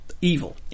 evil